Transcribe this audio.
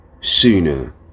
sooner